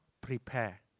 prepare